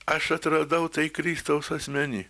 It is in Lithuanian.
aš atradau tai kristaus asmeny